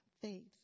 faith